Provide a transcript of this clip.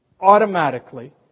automatically